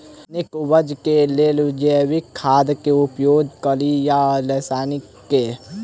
नीक उपज केँ लेल जैविक खाद केँ उपयोग कड़ी या रासायनिक केँ?